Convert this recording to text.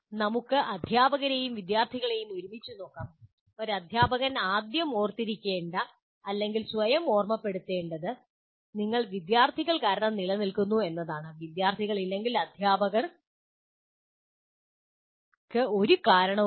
നമുക്ക് അധ്യാപകരെയും വിദ്യാർത്ഥികളെയും ഒരുമിച്ച് നോക്കാം ഒരു അദ്ധ്യാപകൻ ആദ്യം ഓർത്തിരിക്കേണ്ട അല്ലെങ്കിൽ സ്വയം ഓർമ്മപ്പെടുത്തുന്നത് നിങ്ങൾ വിദ്യാർത്ഥികൾ കാരണം നിലനിൽക്കുന്നു എന്നതാണ് വിദ്യാർത്ഥികൾ ഇല്ലെങ്കിൽ അധ്യാപകർക്ക് ഒരു കാരണവുമില്ല